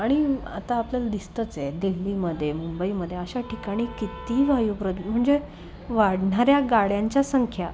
आणि आता आपल्याला दिसतंचय दिल्लीमध्ये मुंबईमध्ये अशा ठिकाणी किती वायुप्रद म्हणजे वाढणाऱ्या गाड्यांच्या संख्या